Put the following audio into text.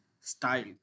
style